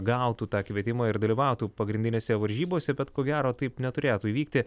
gautų tą kvietimą ir dalyvautų pagrindinėse varžybose bet ko gero taip neturėtų įvykti